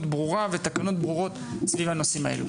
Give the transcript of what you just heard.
ברורה ותקנות ברורות סביב הנושאים האלה.